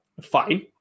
fine